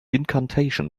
incantation